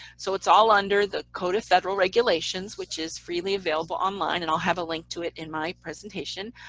so it's all under the code of federal regulations which is freely available online, and i'll have a link to it in my presentation.